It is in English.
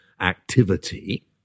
activity